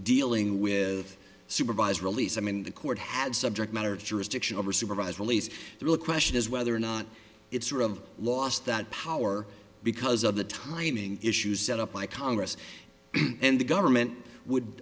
dealing with supervised release i mean the court had subject matter jurisdiction over supervised release the real question is whether or not it's sort of lost that power because of the timing issue set up by congress and the government would